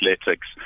Athletics